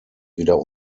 wieder